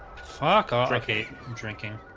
fuck ah okay drinking